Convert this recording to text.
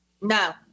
No